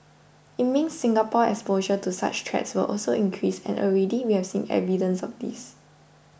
it means Singapore's exposure to such threats will also increase and already we have seen evidence of this